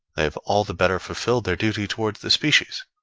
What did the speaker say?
they have all the better fulfilled their duty towards the species,